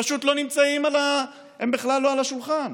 פשוט לא נמצאים, הם בכלל לא על השולחן,